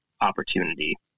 opportunity